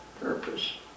purpose